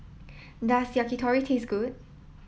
does Yakitori taste good